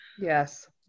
yes